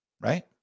right